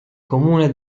comune